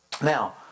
Now